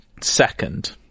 second